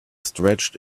stretched